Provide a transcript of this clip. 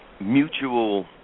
Mutual